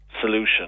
solution